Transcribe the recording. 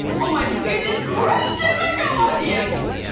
oh my goodness gracious, i got a lot of dms.